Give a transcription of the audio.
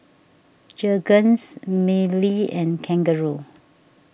Jergens Mili and Kangaroo